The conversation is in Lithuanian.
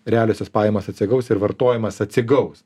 realiosios pajamos atsigaus ir vartojimas atsigaus